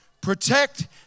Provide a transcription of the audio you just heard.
protect